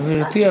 גברתי,